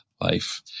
life